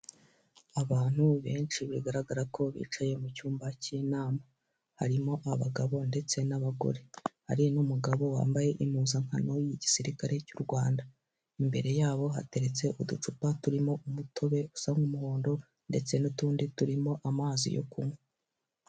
Abantu benshi bigaragara ko bicaye mu cyumba cy'inama, harimo abagabo ndetse n'abagore, hari n'umugabo wambaye impuzankano y'igisirikare cy'u Rwanda, imbere yabo hateretse uducupa turimo umutobe usa n'umuhondo ndetse n'utundi turimo amazi yo kunywa.